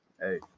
Hey